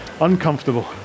uncomfortable